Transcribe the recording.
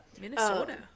Minnesota